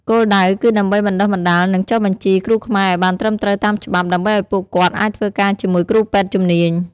គោលដៅគឺដើម្បីបណ្តុះបណ្តាល និងចុះបញ្ជីគ្រូខ្មែរឱ្យបានត្រឹមត្រូវតាមច្បាប់ ដើម្បីឱ្យពួកគាត់អាចធ្វើការជាមួយគ្រូពេទ្យជំនាញ។